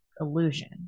illusion